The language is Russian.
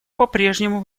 попрежнему